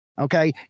Okay